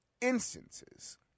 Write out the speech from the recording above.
instances